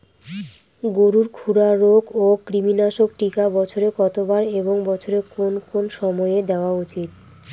গরুর খুরা রোগ ও কৃমিনাশক টিকা বছরে কতবার এবং বছরের কোন কোন সময় দেওয়া উচিৎ?